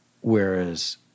Whereas